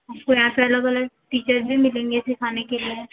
आपको यहाँ पर अलग अलग टीचर भी मिलेंगे सिखाने के लिए